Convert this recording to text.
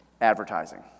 advertising